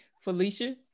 Felicia